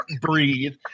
breathe